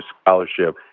scholarship